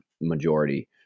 majority